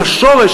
הם השורש,